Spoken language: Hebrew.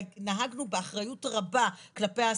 ונהגנו באחריות רבה כלפי העסקים.